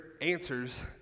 answers